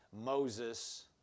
Moses